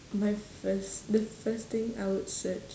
my first the first thing I would search